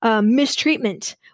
Mistreatment